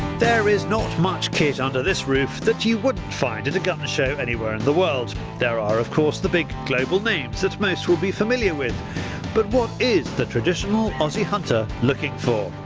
there is not much kit under this roof that you wouldn't find at a gun show anywhere in the world. there are of course the big global names that most will be familiar with but what is the traditional aussie hunter looking for?